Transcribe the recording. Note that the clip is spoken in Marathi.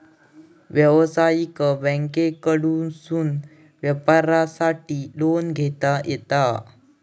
व्यवसायिक बँकांकडसून व्यापारासाठी लोन घेता येता